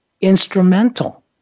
instrumental